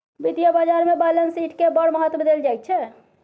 वित्तीय बाजारमे बैलेंस शीटकेँ बड़ महत्व देल जाइत छै